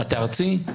המטה הארצי?